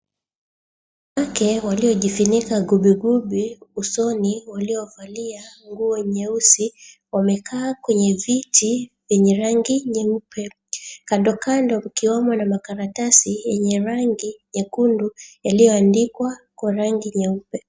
Wanawake waliojifunika gubigubi usoni waliovalia nguo nyeusi wamekaa kwenye viti vyenye rangi nyeupe kando kando kukiwemo na makaratasi yenye rangi nyekundu yaliyoandikwa kwa rangi nyeupe.